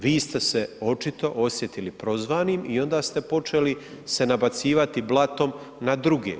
Vi ste se očito osjetili prozvanim i onda ste počeli se nabacivati blatom na druge.